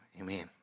amen